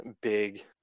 big